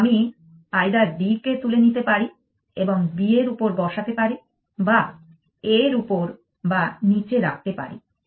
তাই আমি either D কে তুলে নিতে পারি এবং B এর উপর বসাতে পারি বা A এর উপর বা নিচে রাখতে পারি